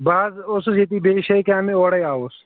بہٕ حظ اوسُس ییٚتی بیٚیہِ جایہِ کامہِ اورے آوُس